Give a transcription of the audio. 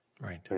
Right